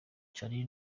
charly